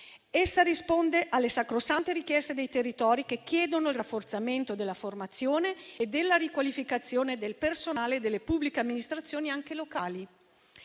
che risponde alle sacrosante richieste dei territori, che chiedono il rafforzamento della formazione e della riqualificazione del personale delle pubbliche amministrazioni anche locali.